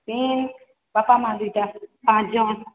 ମୁଇଁ ବାପା ମାଆ ଦୁଇଟା ପାଞ୍ଚଜଣ